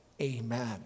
Amen